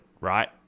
right